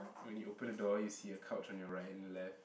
when you open the door you see a couch on your right left